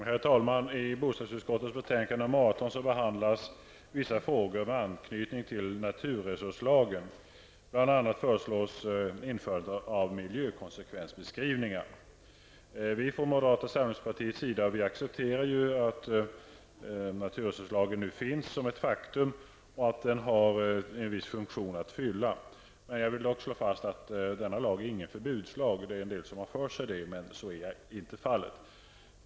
Herr talman! I bostadsutskottets betänkande nr 18 behandlas vissa frågor med anknytning till naturresurslagen. Bl.a. föreslås införandet av miljökonsekvensbeskrivningar. Vi från moderata samlingspartiets sida accepterar att naturresurslagen nu finns som ett faktum och att den har en viss funktion att fylla. Men jag vill dock slå fast att denna lag inte är någon förbudslag. Det finns en del som har för sig det, men så är inte fallet.